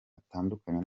atandukanye